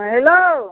हाँ हेलो